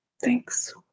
Thanks